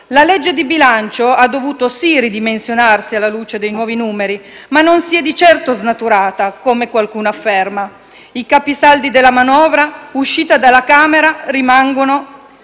La legge di bilancio ha dovuto sì ridimensionarsi alla luce dei nuovi numeri, ma non si è di certo snaturata come qualcuno afferma. I capisaldi della manovra uscita dalla Camera rimangono